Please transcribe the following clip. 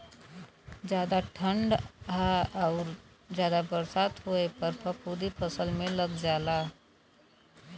जादा ठंडा आउर जादा बरसात होए पर फफूंदी फसल में लग जाला